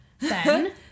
Ben